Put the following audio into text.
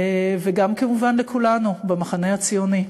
וגם כמובן כולנו במחנה הציוני.